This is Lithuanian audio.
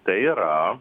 tai yra